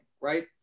right